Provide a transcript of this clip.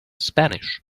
spanish